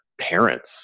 parents